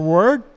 word